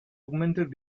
augmented